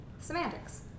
Semantics